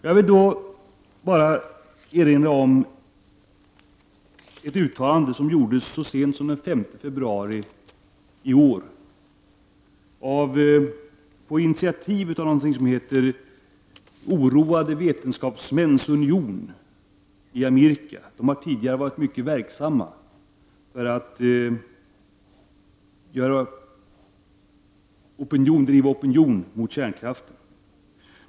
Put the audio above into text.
Jag vill bara erinra om ett uttalande som gjordes så sent som den 5 februari i år på initiativ av någonting som heter Oroade vetenskapsmäns union i Amerika. De har tidigare varit mycket verksamma för att driva opinion mot kärnkraften.